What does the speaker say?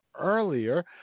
earlier